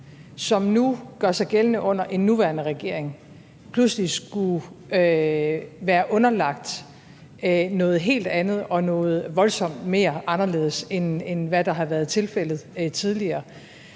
som gør sig gældende under den nuværende regering, pludselig skulle være underlagt noget helt andet og noget voldsomt mere anderledes, end hvad der har været tilfældet tidligere.